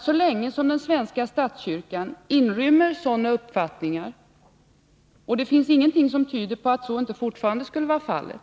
Så länge den svenska statskyrkan inrymmer sådana uppfattningar — och det finns ingenting som tyder på att så inte fortfarande skulle vara fallet